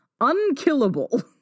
unkillable